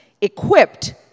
equipped